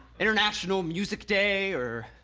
international music day or?